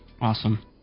Awesome